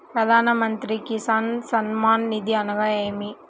ప్రధాన మంత్రి కిసాన్ సన్మాన్ నిధి అనగా ఏమి?